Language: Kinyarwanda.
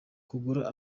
kugura